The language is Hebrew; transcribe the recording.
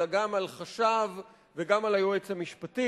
אלא גם על חשב וגם על היועץ המשפטי.